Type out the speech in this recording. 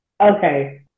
Okay